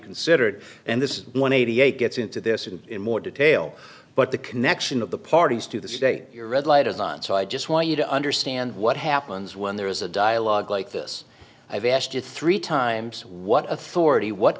considered and this is one eighty eight gets into this in more detail but the connection of the parties to the state your red light is on so i just want you to understand what happens when there is a dialogue like this i've asked you three times what authority what